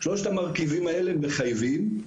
שלושת המרכיבים האלה מחייבים.